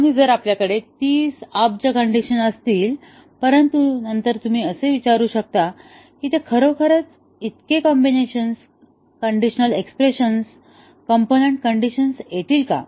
आणि जर आपल्याकडे 30 अब्ज कण्डिशन असतील परंतु नंतर तुम्ही असा विचारू शकता की ते खरोखरच इतक्या अनेक combination conditional expression component condition येतील का